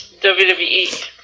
WWE